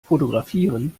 fotografieren